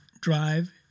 drive